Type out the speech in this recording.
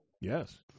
Yes